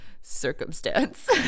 circumstance